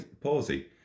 palsy